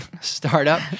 startup